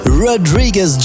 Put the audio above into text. Rodriguez